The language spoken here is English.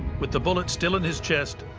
with the bullet still in his chest,